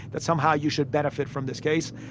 that somehow you should benefit from this case,